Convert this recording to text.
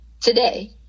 today